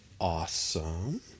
awesome